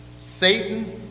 Satan